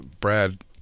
Brad